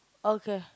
okay